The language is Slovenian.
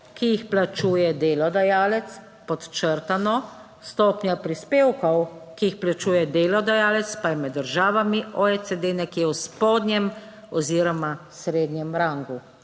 ki jih plačuje delodajalec, podčrtano, stopnja prispevkov, ki jih plačuje delodajalec pa je med državami OECD nekje v spodnjem oziroma srednjem rangu.